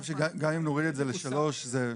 אם נוריד את התקופה לשלוש שנים, זה בסדר.